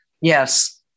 Yes